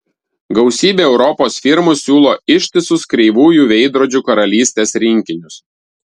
gausybė europos firmų siūlo ištisus kreivųjų veidrodžių karalystės rinkinius